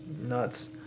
nuts